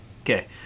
Okay